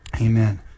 Amen